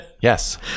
yes